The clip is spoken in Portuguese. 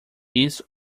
isso